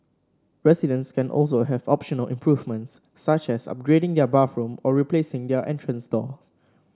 residents can also have optional improvements such as upgrading their bathroom or replacing their entrance doors